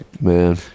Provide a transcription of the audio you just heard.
Man